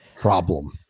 problem